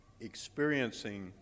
Experiencing